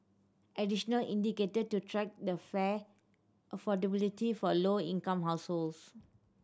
additional indicator to track the fare affordability for low income households